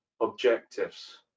objectives